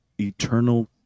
eternal